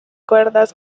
cuerdas